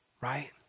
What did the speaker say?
Right